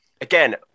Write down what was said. again